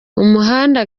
umuhanda